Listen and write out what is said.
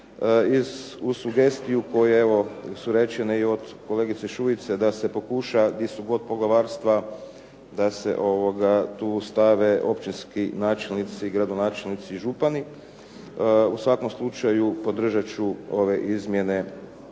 uz sugestije koje evo su rečene i od kolegice Šuice da se pokuša gdje su god poglavarstva da se tu stave općinski načelnici, gradonačelnici i župani. U svakom slučaju, podržati ću ove izmjene,